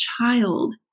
child